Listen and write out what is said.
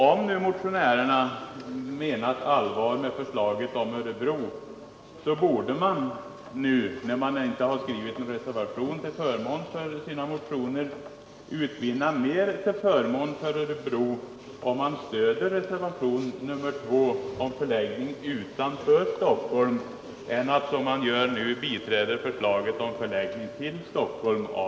Om motionärerna menat allvar med förslaget om Örebro, borde de — när de nu inte har skrivit någon reservation med anledning av sina motioner — utvinna mer till förmån för Örebro om de stöder reservationen 2 om förläggning utanför Stockholm än om de, som de nu tänker göra, biträder förslaget om förläggning av institutet till Stockholm.